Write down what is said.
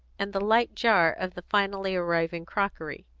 and the light jar of the finally arriving crockery.